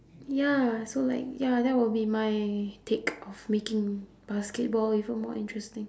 ya so like ya that would be my take of making basketball even more interesting